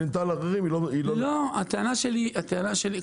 הטענה שלך לגבי פטור שניתן לאחרים, לא נכונה.